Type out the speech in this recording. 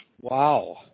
Wow